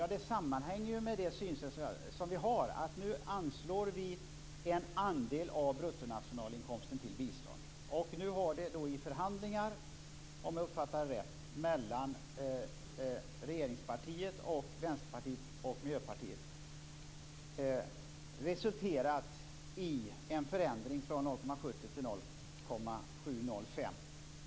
Ja, detta sammanhänger ju med det synsätt som vi har: Nu anslår vi en andel av bruttonationalinkomsten till bistånd, och nu har det i förhandlingar - om jag uppfattat det rätt - mellan regeringspartiet, Vänsterpartiet och Miljöpartiet resulterat i en förändring från 0,70 till 0,705.